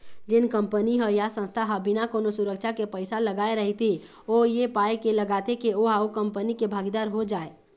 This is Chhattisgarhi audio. जेन कंपनी ह या संस्था ह बिना कोनो सुरक्छा के पइसा लगाय रहिथे ओ ऐ पाय के लगाथे के ओहा ओ कंपनी के भागीदार हो जाय